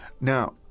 Now